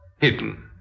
hidden